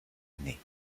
année